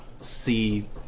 see